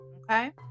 okay